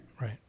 Right